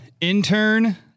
intern